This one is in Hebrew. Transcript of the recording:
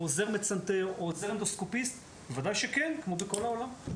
עוזר מצנתר או עוזר אנדוסקופיסט בוודאי שכן כמו בכל העולם.